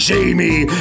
Jamie